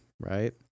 Right